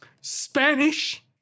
Spanish